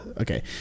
Okay